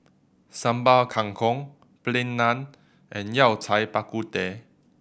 Sambal Kangkong Plain Naan and Yao Cai Bak Kut Teh